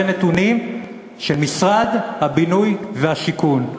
אלה נתונים של משרד הבינוי והשיכון.